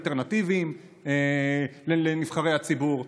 אלטרנטיביים לנבחרי הציבור,